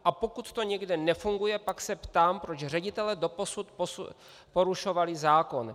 A pokud to někde nefunguje, pak se ptám, proč ředitelé doposud porušovali zákon.